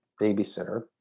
babysitter